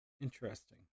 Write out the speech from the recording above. interesting